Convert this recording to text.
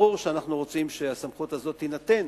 ברור שאנחנו רוצים שהסמכות הזאת תינתן.